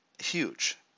Huge